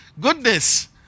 goodness